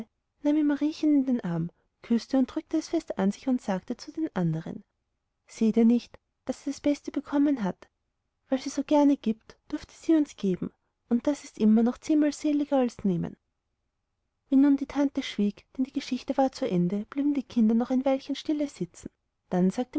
mariechen in den arm küßte und drückte es fest an sich und sagte zu den andern seht ihr nicht daß sie das beste bekommen hat weil sie so gerne gibt durfte sie uns geben und das ist immer noch zehnmal seliger als nehmen wie nun die tante schwieg denn die geschichte war zu ende blieben die kinder noch ein weilchen stille sitzen dann sagte